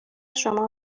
شما